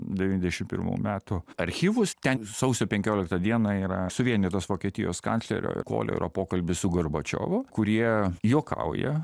devyniasdešim pirmų metų archyvus ten sausio penkiolikta diena yra suvienytos vokietijos kanclerio kolio pokalbis su gorbačiovu kurie juokauja